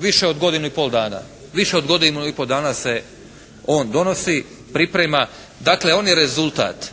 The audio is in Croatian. Više od godinu i pol dana. Više od godinu i pol dana se on donosi, priprema. Dakle, on je rezultat